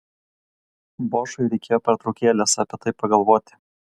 bošui reikėjo pertraukėlės apie tai pagalvoti